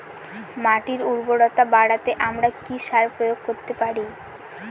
মাটির উর্বরতা বাড়াতে আমরা কি সার প্রয়োগ করতে পারি?